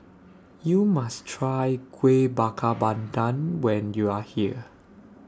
YOU must Try Kuih Bakar Pandan when YOU Are here